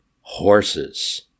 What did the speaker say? horses